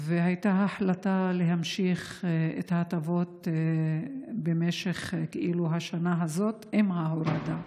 והייתה החלטה להמשיך את ההטבות במשך השנה הזאת עם ההורדה.